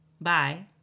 Bye